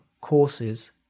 courses